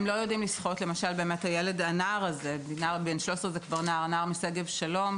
הנער בן ה-13 משגב שלום,